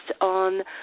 on